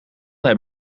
heb